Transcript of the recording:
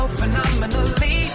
phenomenally